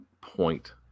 point